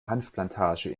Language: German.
hanfplantage